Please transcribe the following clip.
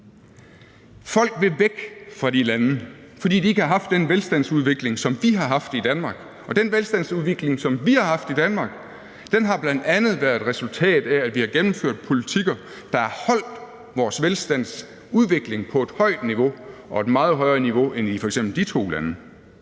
Folk vil væk fra de lande, fordi de ikke har haft den velstandsudvikling, som vi har haft i Danmark. Og den velstandsudvikling, som vi har haft i Danmark, har bl.a. været et resultat af, at vi har gennemført politikker, der har holdt vores velstandsudvikling på et højt niveau – og et meget højere niveau end i f.eks. de to lande.